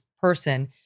person